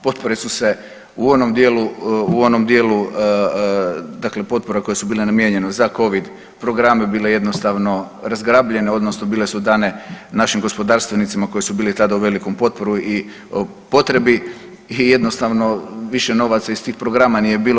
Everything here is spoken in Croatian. Potpore su se u onom dijelu, u onom dijelu dakle potpora koje su bile namijenjene za Covid programe bile jednostavno razgrabljene odnosno bile su dane našim gospodarstvenicima koji su bili tada u velikom potporu i potrebi i jednostavno više novaca iz tih programa nije bilo.